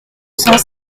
cent